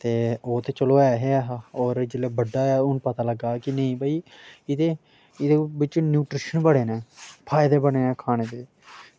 ते चलो ओह् ते ऐ हा गै ऐ हा होर जेल्लै बड्डा होएया ते हून पता लग्गेआ कि नेईं भई एह्दे एह्दे च न्यूट्रशन बड़े न फायदे बड़े न खाने दे